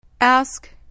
Ask